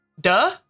duh